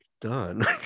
done